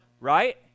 right